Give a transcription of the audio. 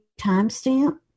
timestamp